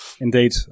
Indeed